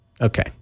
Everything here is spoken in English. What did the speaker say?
Okay